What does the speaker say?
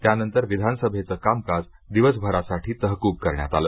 त्यानंतर विधान सभेचं कामकाज दिवसभरासाठी तहकूब करण्यात आलं